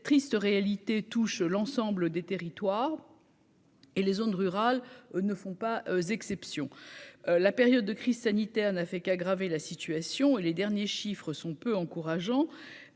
cette triste réalité touche l'ensemble des territoires. Et les zones rurales ne font pas exception : la période de crise sanitaire n'a fait qu'aggraver la situation et les derniers chiffres sont peu encourageants,